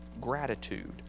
gratitude